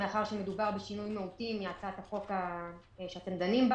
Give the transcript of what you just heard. כיוון שמדובר בשינוי מהותי מהצעת החוק שבה אתם דנים.